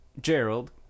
gerald